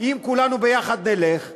אם כולנו ביחד נלך אז,